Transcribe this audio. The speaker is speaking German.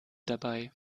dabei